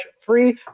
free